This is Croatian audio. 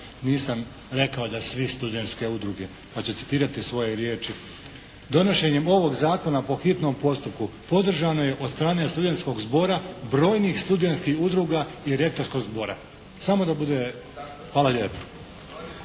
nisam rekao da sve studentske udruge, pa ću citirati svoje riječi. Donošenje ovog zakona po hitnom postupku podržano je od strane studentskog zbora, brojnih studentskih udruga i rektorskog zbora. Samo da bude. Hvala lijepo.